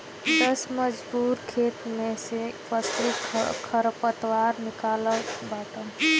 दस मजूर खेते में से फसली खरपतवार निकालत बाटन